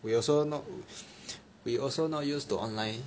we also not we also not used to online